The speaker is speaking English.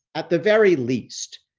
at the very least,